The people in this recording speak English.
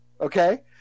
okay